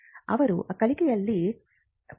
ಅವರು ಕಲಿಕೆಯಲ್ಲಿನ ಪ್ರಗತಿಯ ಅಂಶವಾಗಲಿದೆ